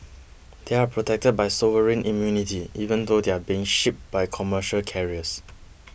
they are protected by sovereign immunity even though they are being shipped by commercial carriers